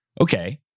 Okay